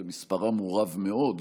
ומספרם הוא רב מאוד,